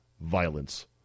violence